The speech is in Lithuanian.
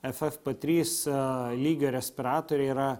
ffp trys lygio respiratoriai yra